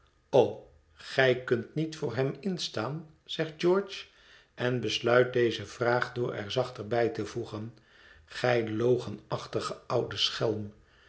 o gij kunt niet voor hem instaan zegt george en besluit deze vraag door er zachter bij te voegen gij